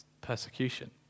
persecution